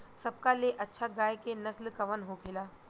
सबका ले अच्छा गाय के नस्ल कवन होखेला?